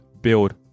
build